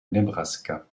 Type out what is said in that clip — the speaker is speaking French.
nebraska